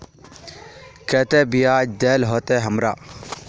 केते बियाज देल होते हमरा?